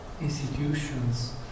Institutions